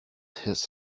his